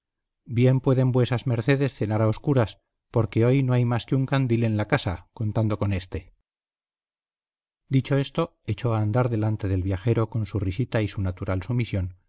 bien pueden vuesas mercedes cenar a oscuras porque hoy no hay más que un candil en la casa contando con éste dicho esto echó a andar delante del viajero con su risita y su natural sumisión